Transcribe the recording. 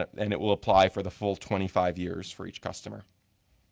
and it will apply for the full twenty five years for each customer.